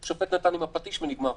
השופט נתן עם הפטיש, ונגמר.